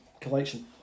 collection